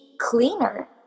cleaner